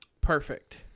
Perfect